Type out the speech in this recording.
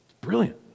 brilliant